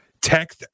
Tech